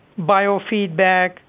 biofeedback